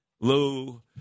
Lou